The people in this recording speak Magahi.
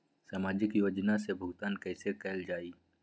सामाजिक योजना से भुगतान कैसे कयल जाई?